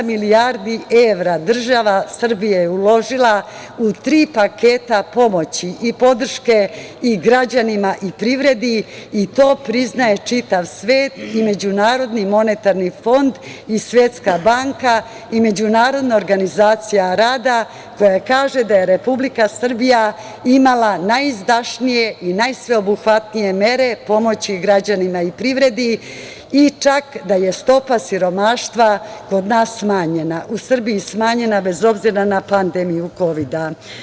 Osam milijardi evra država Srbija je uložila u tri paketa pomoći i podrške i građanima i privredi i to priznaje čitav svet i MMF i Svetska banka i Međunarodna organizacija rada koja kaže da je Republika Srbija imala najizdašnije i najsveobuhvatnije mere pomoći građanima i privredi i čak da je stopa siromaštva u Srbiji smanjena bez obzira na pandemiju Kovida.